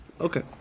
Okay